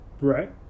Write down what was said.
Right